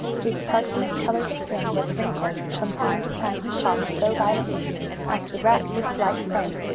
his parchment-colored skin was wrinkled from time to time he coughed so violently as to rack his slight frame,